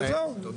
וזהו.